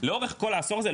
לאורך כל העשור הזה,